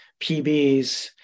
pbs